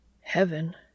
Heaven